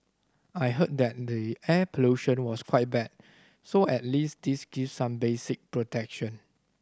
I heard that the air pollution was quite bad so at least this gives some basic protection